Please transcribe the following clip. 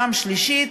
פעם שלישית.